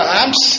amps